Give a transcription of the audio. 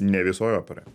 ne visoj operoj